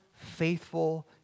faithful